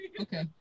Okay